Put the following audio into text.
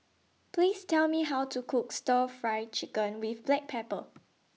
Please Tell Me How to Cook Stir Fry Chicken with Black Pepper